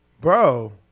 bro